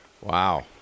Wow